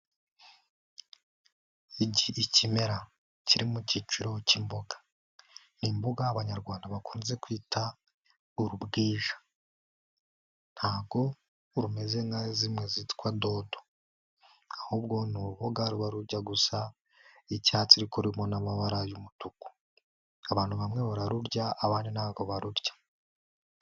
Iki kimera kiri mu cyiciro cy'imboga, ni imboga Abanyarwanda bakunze kwita urubwija, ntago rumeze nka zimwe zitwa dodo, ahubwo ni uruboga ruba rujya gusa icyatsi, ariko rurimo n'amabara y'umutuku, abantu bamwe bararurya abandi ntago barurya.